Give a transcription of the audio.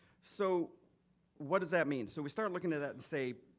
so what does that mean? so we start looking at that, say,